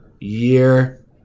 year